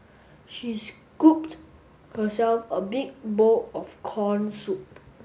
she scooped herself a big bowl of corn soup